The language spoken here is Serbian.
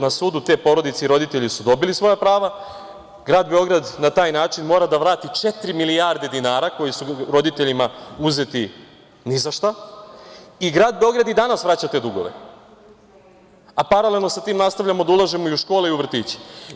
Na sudu te porodice i roditelji su dobili svoja prava, grad Beograd na taj način mora da vrati četiri milijarde dinara koje su roditeljima uzeti ni za šta i grad Beograd i danas vraća te dugove, a paralelno sa tim nastavljamo da ulažemo i škole i u vrtiće.